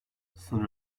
sınır